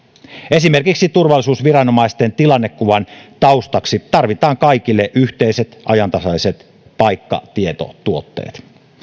esimerkiksi turvallisuusviranomaisten tilannekuvan taustaksi tarvitaan kaikille yhteiset ajantasaiset paikkatietotuotteet